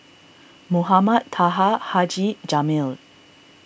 Mohamed Taha Haji Jamil